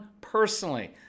personally